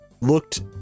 looked